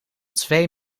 twee